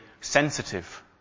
sensitive